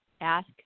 Ask